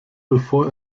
bevor